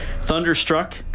Thunderstruck